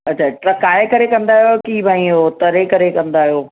अच्छा टकाए करे कंदा आहियो की भई हो तरे करे कंदा आहियो